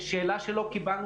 שאלה שלא קיבלנו,